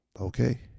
Okay